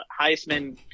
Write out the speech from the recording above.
Heisman